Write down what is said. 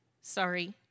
Sorry